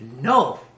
No